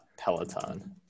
Peloton